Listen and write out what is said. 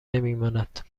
نمیماند